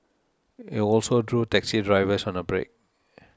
it also drew taxi drivers on a break